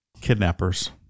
Kidnappers